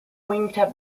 wingtip